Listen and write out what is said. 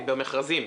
במכרזים,